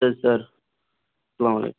اَدٕ حظ سَر سَلام علیکُم